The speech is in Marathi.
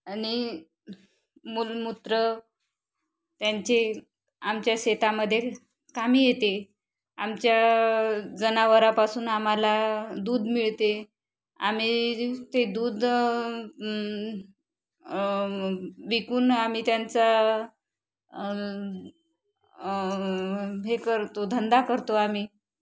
आणि मलमूत्र त्यांचे आमच्या शेतामध्ये कामी येते आमच्या जनावरापासून आम्हाला दूध मिळते आम्ही ते दूध विकून आम्ही त्यांचा हे करतो धंदा करतो आम्ही